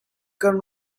kan